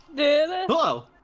Hello